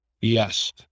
yes